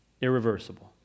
irreversible